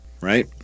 right